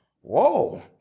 Whoa